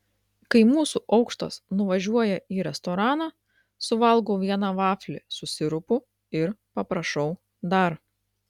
kai mūsų aukštas nuvažiuoja į restoraną suvalgau vieną vaflį su sirupu ir paprašau dar